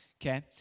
okay